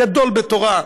גדול בתורה,